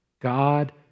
God